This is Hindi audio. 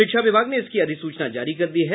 शिक्षा विभाग ने इसकी अधिसूचना जारी कर दी है